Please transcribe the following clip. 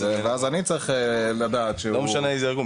ואז אני צריך לדעת שהוא --- וזה לא משנה באיזה ארגון.